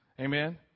Amen